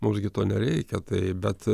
mums gi to nereikia tai bet